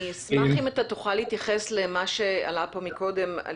אני אשמח אם אתה תוכל להתייחס למה שעלה פה קודם על